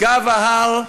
גב ההר,